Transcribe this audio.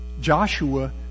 Joshua